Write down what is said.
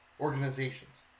organizations